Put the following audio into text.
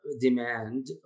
demand